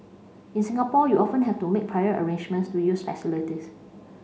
in Singapore you often have to make prior arrangements to use facilities